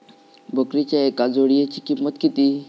बकरीच्या एका जोडयेची किंमत किती?